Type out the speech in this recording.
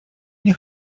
nie